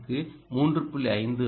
5 க்கு 3